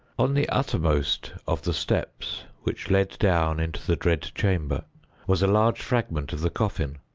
on the uttermost of the steps which led down into the dread chamber was a large fragment of the coffin,